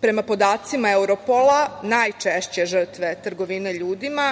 Prema podacima Europola najčešće žrtve trgovine ljudima